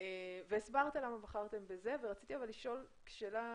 אני אומר כאן בסוגריים שאף גוף בעולם